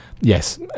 Yes